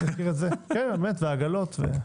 ועגלות אגב.